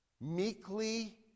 meekly